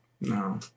No